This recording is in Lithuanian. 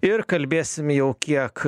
ir kalbėsim jau kiek